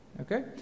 Okay